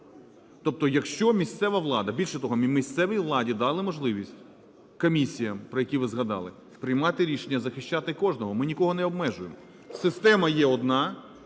Тобто якщо місцева влада… Більше того, ми місцевій владі дали можливість, комісіям, про які ви згадали, приймати рішення захищати кожного. Ми нікого не обмежуємо. Система є одна,